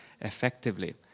effectively